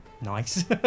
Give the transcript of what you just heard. nice